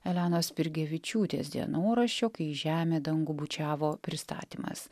elenos spirgevičiūtės dienoraščio kai žemė dangų bučiavo pristatymas